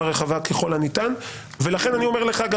רחבה ככל הניתן ולכן אני אומר לך גם,